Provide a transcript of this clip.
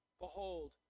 Behold